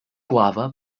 guava